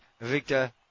Victor